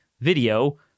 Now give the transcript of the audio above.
video